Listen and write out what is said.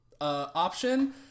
option